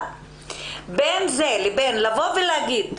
אבל בין זה לבין לבוא ולהגיד,